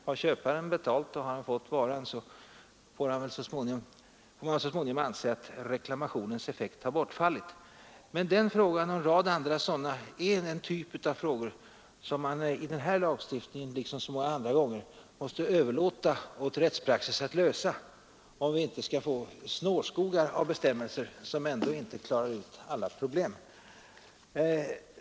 Har köparen betalat och fått varan får man så småningom anse att reklamationens effekt har bortfallit. Den här frågan och en rad andra frågor är av en sådan typ att man i den här lagen liksom i så många andra lagar måste överlåta åt rättspraxis att lösa dem, om vi inte skall få en snårskog av bestämmelser som ändå inte klarar alla problem.